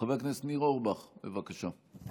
חבר הכנסת ניר אורבך, בבקשה.